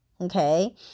okay